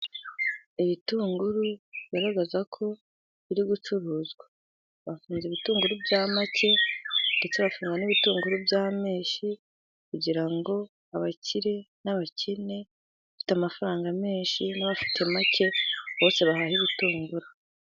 Ibitunguru bigaragaza ko biri gucuruzwa. Bafunze ibitunguru bya make， ndetse bafunga n'ibitunguru by'ameshi， kugira ngo abakire n'abakene bafite amafaranga menshi n'abafite make， bose bahahe ibitunguru.